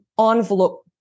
envelope